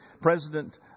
President